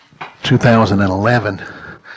2011